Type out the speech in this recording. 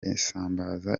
isambaza